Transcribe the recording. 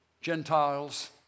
Gentiles